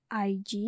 ig